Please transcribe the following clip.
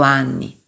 anni